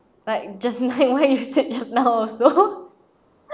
like just now why you said also